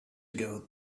ago